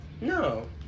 No